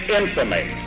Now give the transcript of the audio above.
infamy